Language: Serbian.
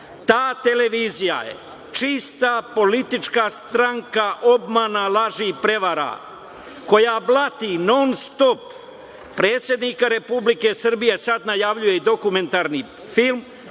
Ta televizija je čista politička stranka obmana, laži i prevara koja blati non-stop predsednika Republike Srbije, sad najavljuje i dokumentarni film,